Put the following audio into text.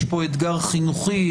יש פה אתגר חינוכי,